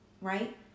Right